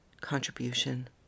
contribution